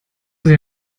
sie